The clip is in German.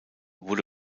wurde